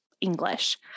English